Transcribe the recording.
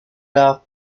laugh